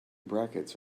brackets